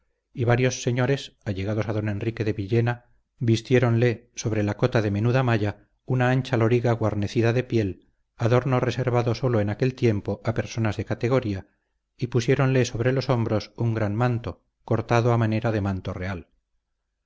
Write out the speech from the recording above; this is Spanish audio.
y varios señores allegados a don enrique de villena vistiéronle sobre la cota de menuda malla una ancha loriga guarnecida de piel adorno reservado sólo en aquel tiempo a personas de categoría y pusiéronle sobre los hombros un gran manto cortado a manera de manto real